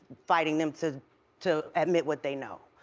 fighting them to to admit what they know.